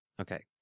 Okay